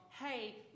hey